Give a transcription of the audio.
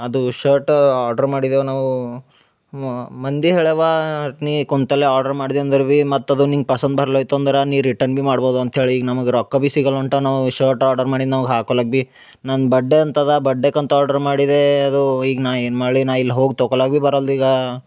ಅದು shirt order ಮಾಡಿದೇವಿ ನಾವು ಮಂದಿ ಹೇಳ್ಯವಾ ನೀ ಕುಂತಲ್ಲೇ ಆರ್ಡ್ರ್ ಮಾಡಿದೆ ಅಂದರ ಬಿ ಮತ್ತೆ ಅದು ನಿಂಗೆ ಪಸಂದು ಬರ್ಲೈತೆ ಅಂದ್ರ ನೀ ರಿಟರ್ನ್ ಬಿ ಮಾಡ್ಬೋದು ಅಂತ ಹೇಳಿ ಈಗ ನಮಗೆ ಬಿ ರೊಕ್ಕ ಬಿ ಸಿಗಲ್ಲ ಹೊಂಟ ನಾವು ಶರ್ಟ್ ಆರ್ಡರ್ ಮಾಡಿದ ನಾವು ಹಾಕೊಳಕ್ಕೆ ಬಿ ನನ್ನ ಬಡ್ಡೆ ಅಂಥದ ಆ ಬಡ್ಡೆಕಂತ ಆರ್ಡ್ರ್ ಮಾಡಿದೇ ಅದು ಈಗ ನಾ ಏನು ಮಾಡಲಿ ನಾ ಇಲ್ಲಿ ಹೋಗಿ ತೊಕೊಲಾಕ ಬಿ ಬರಲ್ದ ಈಗ